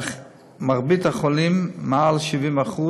אך מרבית החולים, מעל 70%,